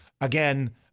again